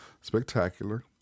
spectacular